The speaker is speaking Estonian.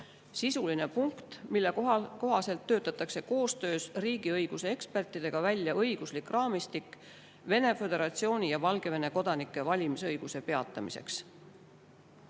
sisuline punkt, mille kohaselt töötatakse koostöös riigiõiguse ekspertidega välja õiguslik raamistik Venemaa Föderatsiooni ja Valgevene kodanike valimisõiguse peatamiseks.